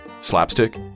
Slapstick